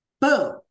Boom